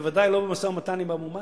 בוודאי לא במשא-ומתן עם אבו מאזן.